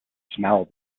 smell